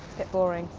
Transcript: bit boring.